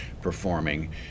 performing